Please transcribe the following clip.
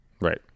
Right